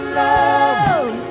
love